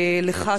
לך,